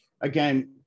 again